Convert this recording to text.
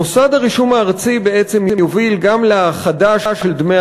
מוסד הרישום הארצי יוביל גם להאחדה של דמי